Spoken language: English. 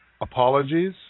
apologies